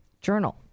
Journal